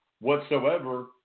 whatsoever